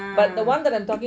ah